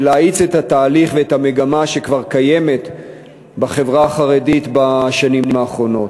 זה להאיץ את התהליך ואת המגמה שכבר קיימת בחברה החרדית בשנים האחרונות.